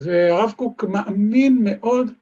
‫והרב קוק מאמין מאוד